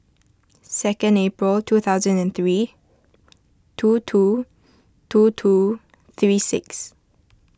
second April two thousand and three two two two two three six